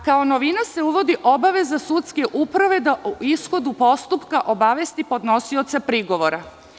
Kao novina se uvodi obaveza sudske uprave da o ishodu postupka obavesti podnosioca prigovora.